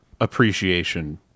appreciation